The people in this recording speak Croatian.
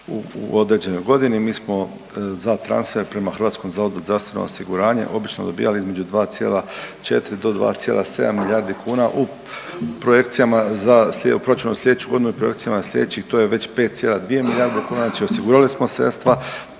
u određenoj godini. Mi smo za transfer prema Hrvatskom zavodu za zdravstveno osiguranje obično dobivali između 2,4 do 2,7 milijardi kuna u projekcijama za proračun za sljedeću godinu i projekcijama